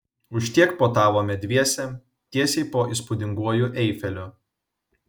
už tiek puotavome dviese tiesiai po įspūdinguoju eifeliu